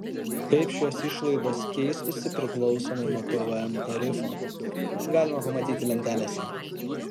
kaip šios išlaidos keistųsi priklausomai nuo pvm tarifo galima pamatyti lentelėse